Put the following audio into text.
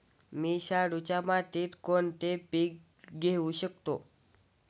मी शाडूच्या मातीत कोणते पीक घेवू शकतो?